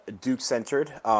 Duke-centered